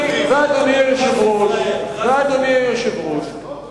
ואם לא נעשה משהו הוא עלול הפוך לכתב אישום.